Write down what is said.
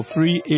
Free